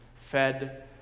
fed